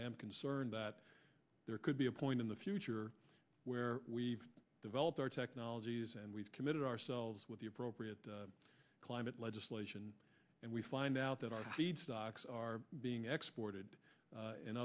i am concerned that there could be a point in the future where we developed our technologies and we've committed ourselves with the appropriate climate legislation and we find out that our feed stocks are being exported